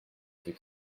avez